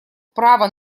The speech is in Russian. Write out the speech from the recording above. права